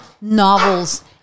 novels